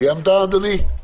סיימת, אדוני?